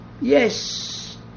yes